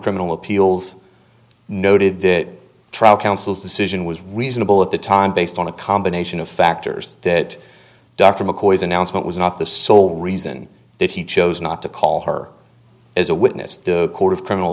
criminal appeals noted that trial council's decision was reasonable at the time based on a combination of factors that dr mccoy's announcement was not the sole reason that he chose not to call her as a witness the court of criminal